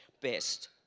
best